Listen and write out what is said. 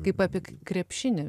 kaip apie krepšinį